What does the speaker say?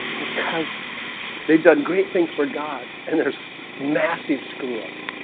because they've done great things for god and there's massive screw-ups